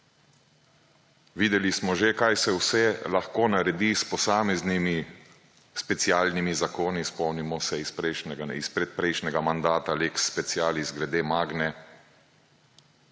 Videli smo že kaj se vse lahko naredi s posameznimi specialnimi zakoni. Spomnimo se iz predprejšnjega mandata lex specialis glede Magne.